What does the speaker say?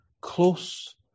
close